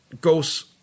goes